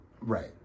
Right